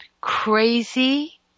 crazy